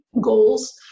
goals